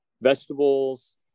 vegetables